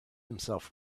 himself